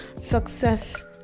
success